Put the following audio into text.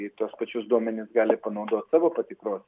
gi tuos pačius duomenis gali panaudot savo patikros